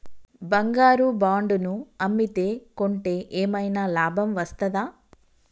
బంగారు బాండు ను అమ్మితే కొంటే ఏమైనా లాభం వస్తదా?